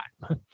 time